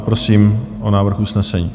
Prosím o návrh usnesení.